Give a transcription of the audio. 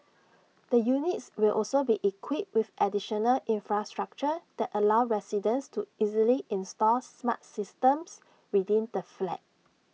the units will also be equipped with additional infrastructure that allow residents to easily install smart systems within the flat